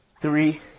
Three